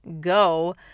go